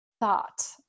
thought